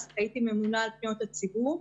הייתי ממונה על פניות הציבור.